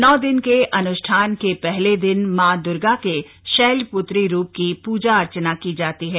नौ दिन के अन्ष्ठान के पहले दिन मां दुर्गा के शैल पृत्री रूप की पूजा अर्चना की जाती है